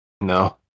No